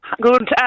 good